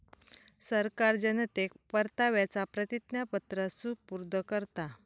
सरकार जनतेक परताव्याचा प्रतिज्ञापत्र सुपूर्द करता